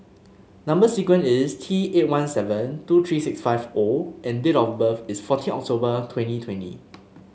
number sequence is T eight one seven two three six five O and date of birth is fourteen October twenty twenty